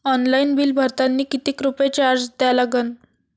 Online bill भरतानी कितीक रुपये चार्ज द्या लागन?